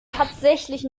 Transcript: tatsächlich